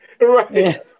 Right